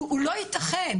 הוא לא ייתכן,